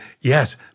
yes